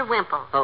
Wimple